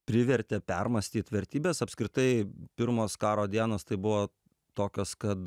privertė permąstyt vertybes apskritai pirmos karo dienos tai buvo tokios kad